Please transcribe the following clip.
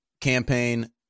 campaign